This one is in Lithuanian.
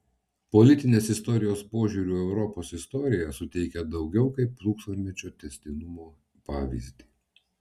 politinės istorijos požiūriu europos istorija suteikia daugiau kaip tūkstantmečio tęstinumo pavyzdį